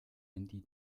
handy